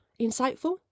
insightful